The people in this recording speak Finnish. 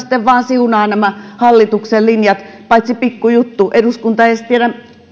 vain siunaa nämä hallituksen linjat paitsi pikku juttu eduskunta ei edes tiedä